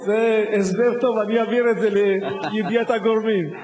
זה הסבר טוב, אני אעביר את זה לידיעת הגורמים.